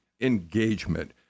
engagement